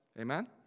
Amen